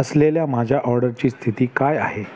असलेल्या माझ्या ऑर्डरची स्थिती काय आहे